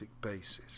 basis